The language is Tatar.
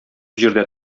җирдә